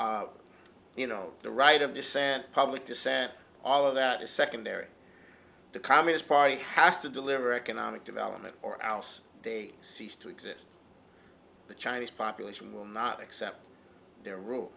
you know the right of dissent public dissent all of that is secondary the communist party has to deliver economic development or else they cease to exist the chinese population will not accept their r